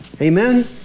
Amen